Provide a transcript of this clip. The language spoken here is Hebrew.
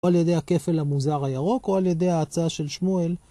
או על ידי הכפל המוזר הירוק, או על ידי ההצעה של שמואל.